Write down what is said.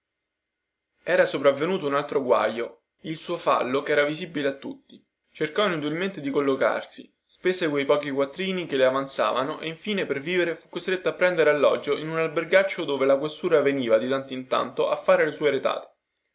era sopravvenuto un altro guaio il suo fallo che era visibile a tutti cercò inutilmente di collocarsi spese quei pochi quattrini che le avanzavano e infine per vivere fu costretta a prendere alloggio in un albergaccio dove la questura veniva di tanto in tanto a far le sue retate